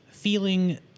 feeling